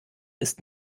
ist